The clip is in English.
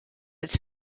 its